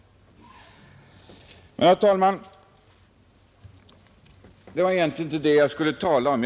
Herr talman! Det var egentligen inte detta jag skulle tala om.